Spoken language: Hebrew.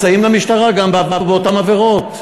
מסייעים למשטרה גם באותן עבירות.